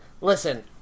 listen